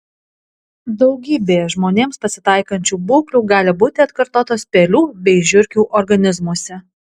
daugybė žmonėms pasitaikančių būklių gali būti atkartotos pelių bei žiurkių organizmuose